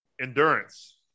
Endurance